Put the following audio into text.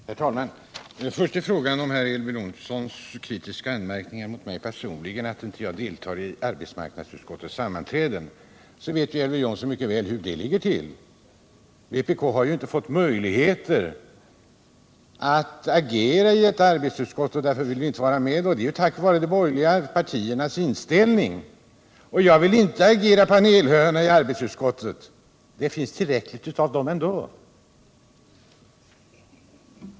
Herr talman! Först några ord med anledning av Elver Jonssons kritiska anmärkningar mot mig personligen, att jag inte deltar i arbetsmarknadsutskottets sammanträden. Elver Jonsson vet mycket väl hur det ligger till: vpk har ju inte fått möjlighet att agera i ett utskott och därför vill vi inte vara med. Det är alltså på grund av de borgerliga partiernas inställning. Jag vill inte agera panelhöna i arbetsmarknadsutskottet — det finns tillräckligt av dem ändå.